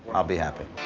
i'll be happy.